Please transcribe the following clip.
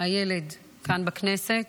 הילד כאן בכנסת.